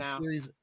now